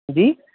जी